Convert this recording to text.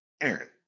Aaron